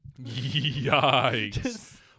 Yikes